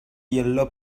yellow